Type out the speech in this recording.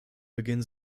beginn